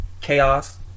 chaos